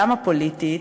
גם הפוליטית,